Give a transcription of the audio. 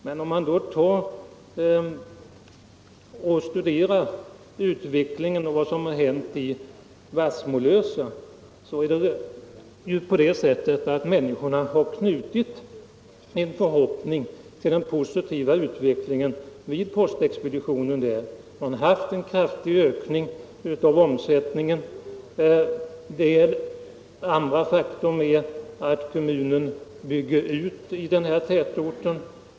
Men om man studerar utvecklingen i Vassmolösa finner man att människorna har knutit en förhoppning till den positiva utvecklingen vid postexpeditionen där, som haft en kraftig ökning av omsättningen. Ett annat faktum är att kommunen bygger ut i den här tätorten.